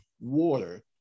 water